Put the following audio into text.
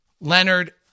Leonard